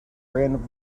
random